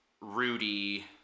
Rudy